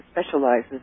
specializes